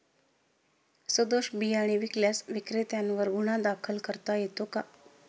सदोष बियाणे विकल्यास विक्रेत्यांवर गुन्हा दाखल करता येतो का?